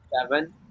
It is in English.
seven